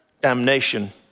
damnation